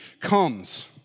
comes